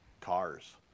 cars